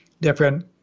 different